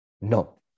No